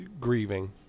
grieving